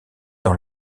dans